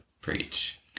preach